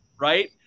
Right